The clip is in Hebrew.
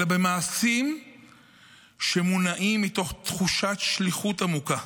אלא במעשים שמונעים מתוך תחושת שליחות עמוקה.